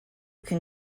can